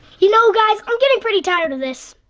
you know guys, i'm getting pretty tired of this.